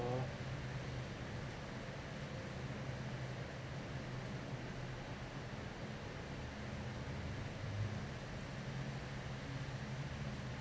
oh